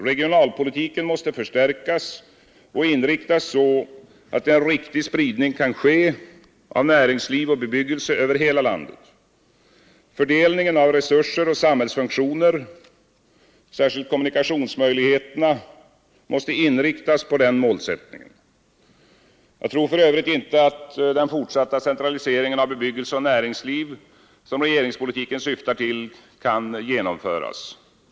Regionalpolitiken måste förstärkas och inriktas så att en riktig spridning kan ske av näringsliv och bebyggelse över hela landet. Fördelningen av resurser och samhällsfunktioner, särskilt kommunikationsmöjligheterna, måste inriktas enligt denna målsättning. Jag tror för övrigt inte att den fortsatta centraliseringen av bebyggelse och näringsliv, som regeringspolitiken syftar till, kan genom föras.